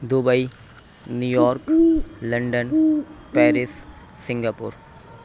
Dubai New York London Paris Singapore